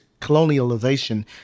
colonialization